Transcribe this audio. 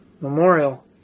memorial